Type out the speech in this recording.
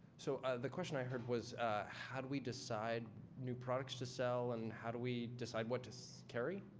so, the question i heard was how do we decide new products to sell and how do we decide what to so carry?